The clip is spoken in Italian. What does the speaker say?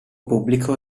pubblico